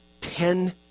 Ten